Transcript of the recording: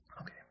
okay